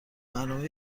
برنامه